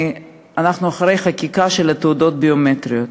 אנחנו אחרי חקיקה על התעודות הביומטריות.